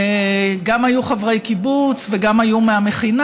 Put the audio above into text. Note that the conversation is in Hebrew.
היו גם חברי קיבוץ והיו גם מהמכינה.